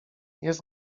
jest